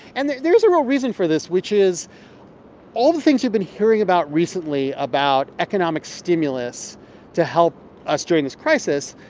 and there's a real reason for this, which is all the things you've been hearing about recently about economic stimulus to help us during this crisis,